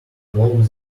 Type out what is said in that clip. woke